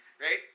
Right